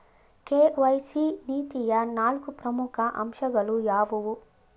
KYC ನೀತಿಯ ನಾಲ್ಕು ಪ್ರಮುಖ ಅಂಶಗಳು ಯಾವುವು?